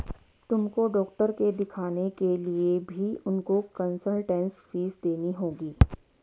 तुमको डॉक्टर के दिखाने के लिए भी उनको कंसलटेन्स फीस देनी होगी